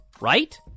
right